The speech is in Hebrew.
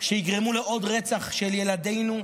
שיגרמו לעוד רצח של ילדינו,